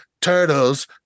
turtles